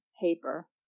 paper